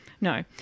No